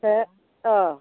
हो अह